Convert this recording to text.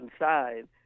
inside